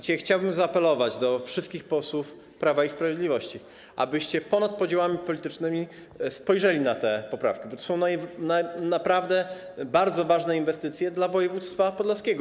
Dzisiaj chciałbym zaapelować do wszystkich posłów Prawa i Sprawiedliwości, abyście ponad podziałami politycznymi spojrzeli na te poprawki, bo to są naprawdę bardzo ważne inwestycje dla województwa podlaskiego.